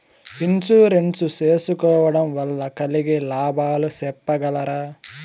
Insurance సేసుకోవడం వల్ల కలిగే లాభాలు సెప్పగలరా?